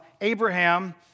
Abraham